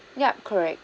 yup correct